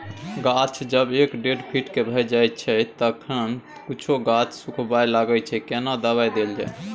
गाछ जब एक डेढ फीट के भ जायछै तखन कुछो गाछ सुखबय लागय छै केना दबाय देल जाय?